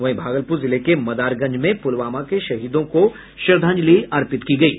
वहीं भागलपुर जिले के मदारगंज में पुलवामा के शहीदों को श्रद्धांजलि अर्पित की गयी